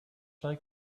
like